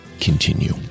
continue